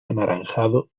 anaranjado